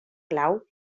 clau